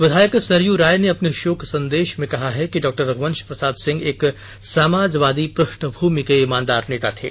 विधायक सरयू राय ने अपने शोक संदेश में कहा कि डॉ रघवंश प्रसाद सिंह एक समाजवादी पृष्ठभूमि के ईमानदार नेता थे